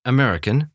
American